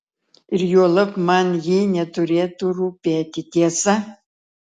ir juolab man ji neturėtų rūpėti tiesa